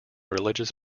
religious